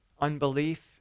unbelief